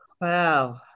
Wow